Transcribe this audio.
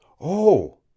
Oh